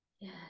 Yes